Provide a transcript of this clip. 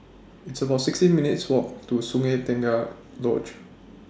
It's about sixteen minutes' Walk to Sungei Tengah Lodge